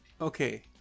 Okay